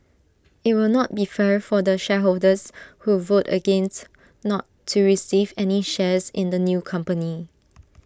IT will not be fair for the shareholders who vote against not to receive any shares in the new company